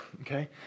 okay